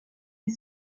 est